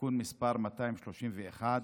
(תיקון מס' 231),